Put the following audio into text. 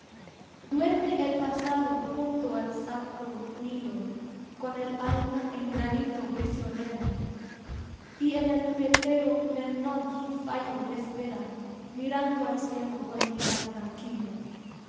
duerme el pasado junto al sacro nilo con el alma en granito prisionera y en el pétreo memnón su fallo espera mirando al cielo con mirar tranquilo